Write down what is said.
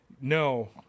no